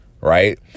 Right